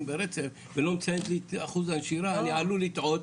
ברצף ולא מציינת את אחוז הנשירה אני עלול לטעות